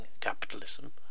capitalism